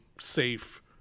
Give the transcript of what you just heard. safe